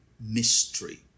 mystery